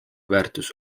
väärtus